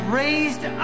raised